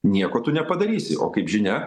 nieko tu nepadarysi o kaip žinia